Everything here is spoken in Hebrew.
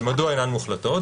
ומדוע אינן מוחלטות?